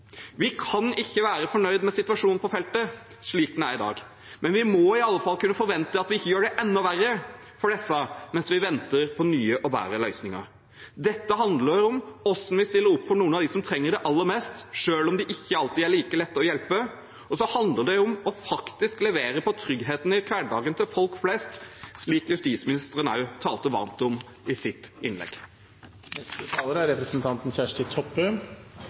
Vi kan ikke være fornøyd med situasjonen på feltet slik den er i dag, men vi må i alle fall kunne forvente at vi ikke gjør det enda verre for disse mens vi venter på nye og bedre løsninger. Dette handler om hvordan vi stiller opp for noen av dem som trenger det aller mest, selv om de ikke alltid er like lette å hjelpe. Det handler også om å faktisk levere på tryggheten i hverdagen til folk flest, slik justisministeren også talte varmt om i sitt